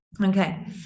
Okay